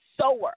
sower